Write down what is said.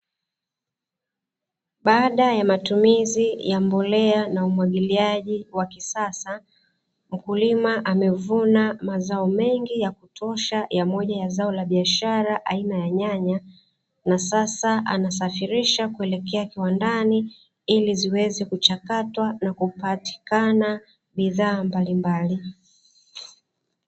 Baada ya matumizi ya mbolea na umwagiliaji wa kisasa, Mkulima amevuna mazao mengi ya kutosha ya moja ya zao la biashara aina ya nyanya, na sasa anasafirisha kuelekea kiwandani ili ziweze kuchakatwa na kupatikana bidhaa mbali mbali.